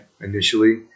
initially